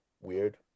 weird